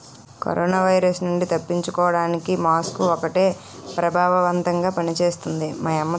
corona virus నుండి తప్పించుకోడానికి mask ఒక్కటే ప్రభావవంతంగా పని చేస్తుంది